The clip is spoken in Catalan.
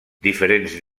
diferents